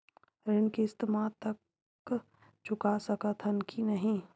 ऋण किस्त मा तक चुका सकत हन कि नहीं?